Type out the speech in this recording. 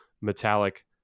metallic